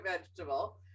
vegetable